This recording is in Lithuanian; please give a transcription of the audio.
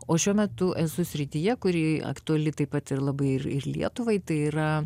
o šiuo metu esu srityje kuri aktuali taip pat ir labai ir ir lietuvai tai yra